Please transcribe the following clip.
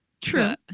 True